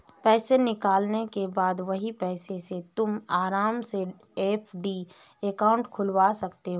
पैसे निकालने के बाद वही पैसों से तुम आराम से एफ.डी अकाउंट खुलवा सकते हो